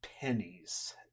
pennies